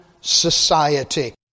society